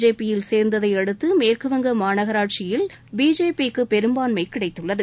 ஜேபியில் சேர்ந்ததையடுத்து மேற்குவங்க மாநகராட்சியில் பிஜேபிக்கு பெரும்பான்மை கிடைத்துள்ளது